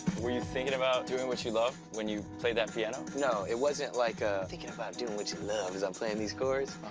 were you thinking about doing what you love when you played that piano? logic no, it wasn't like, ah, thinking about doing what you love as i'm playing these chords.